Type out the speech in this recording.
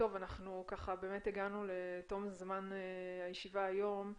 הגענו לתום זמן הישיבה היום.